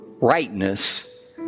rightness